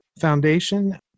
Foundation